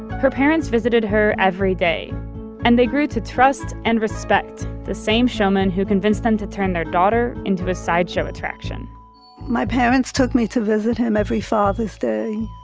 her parents visited her every day and they grew to trust and respect the same showman who convinced them to turn their daughter into a sideshow attraction my parents took me to visit him every father's day